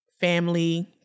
family